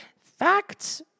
Facts